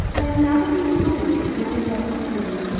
i am now the companion to mademoiselle athalie,